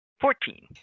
Fourteen